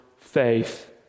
faith